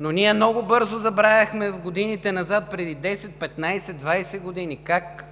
Но ние много бързо забравихме в годините назад, преди 10 – 15 – 20 години, как